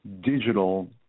digital